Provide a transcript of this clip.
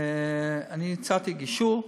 אני הצעתי גישור,